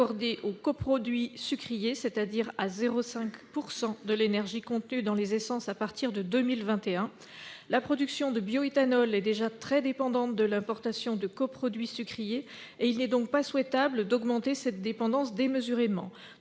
accordé aux coproduits sucriers, c'est-à-dire à 0,5 % de l'énergie contenue dans les essences à partir de 2021. La production de bioéthanol étant déjà très dépendante de l'importation de coproduits sucriers, il n'est pas souhaitable d'augmenter cette dépendance démesurément.